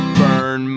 burn